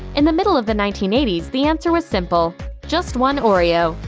in the middle of the nineteen eighty s, the answer was simple just one oreo.